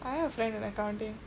I have a friend in accounting